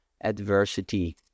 adversity